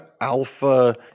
Alpha